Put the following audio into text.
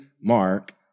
Mark